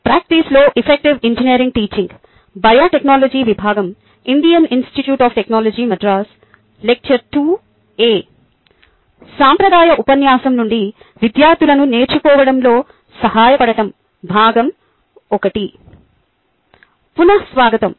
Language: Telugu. సాంప్రదాయ ఉపన్యాసం నుండి విద్యార్థులను నేర్చుకోవడంలో సహాయపడటం భాగం 1 పునఃస్వాగతం